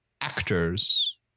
actors